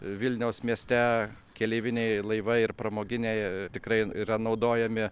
vilniaus mieste keleiviniai laivai ir pramoginiai tikrai yra naudojami